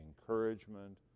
encouragement